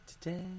Today